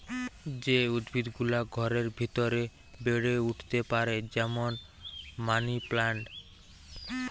যে উদ্ভিদ গুলা ঘরের ভিতরে বেড়ে উঠতে পারে যেমন মানি প্লান্ট